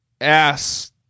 Ass